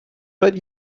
bet